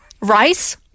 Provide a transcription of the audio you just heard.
Rice